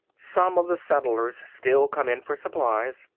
some of the settlers still came in for supplies.